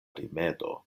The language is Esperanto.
rimedo